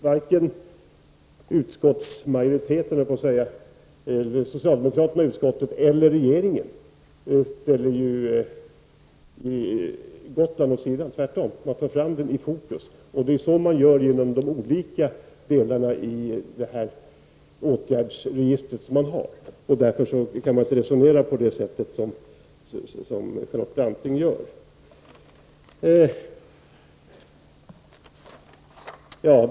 Varken socialdemokraterna i utskottet eller regeringen ställer Gotland åt sidan, utan vi för tvärtom fram Gotland i fokus. Det är så man gör genom de olika delarna i åtgärdsregistret, och därför kan man inte resonera på det sätt som Charlotte Branting gör.